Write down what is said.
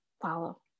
follow